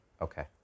Okay